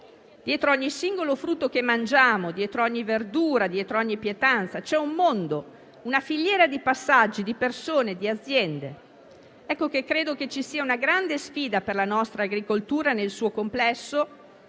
Dietro a ogni singolo frutto che mangiamo, dietro a ogni verdura e a ogni pietanza, c'è un mondo, una filiera di passaggi, di persone e di aziende. Credo che ciò sia una grande sfida per la nostra agricoltura nel suo complesso